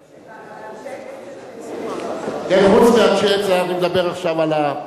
יש אנשי אצ"ל, חוץ מאנשי אצ"ל, אני מדבר עכשיו על,